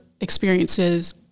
experiences